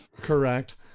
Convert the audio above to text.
Correct